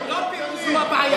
לא, לא הפירוז הוא הבעיה.